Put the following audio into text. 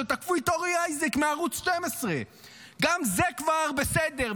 שתקפו את אורי איזק מערוץ 12. גם זה כבר בסדר,